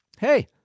hey